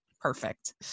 Perfect